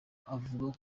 avuga